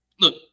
look